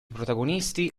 protagonisti